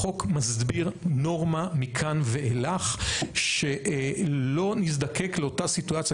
החוק מסביר נורמה מכאן ואילך שלא נזדקק לאותה סיטואציה,